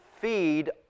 feed